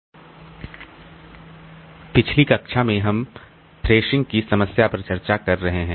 हमारी पिछली कक्षा में हम थ्रशिंग की समस्या पर चर्चा कर रहे हैं